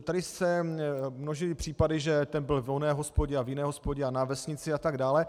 Tady se množí případy, že ten byl v oné hospodě a v jiné hospodě a na vesnici a tak dále.